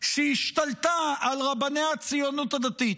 שהשתלטה על רבני הציונות הדתית?